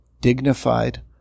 dignified